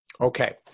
Okay